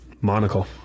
Monocle